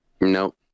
Nope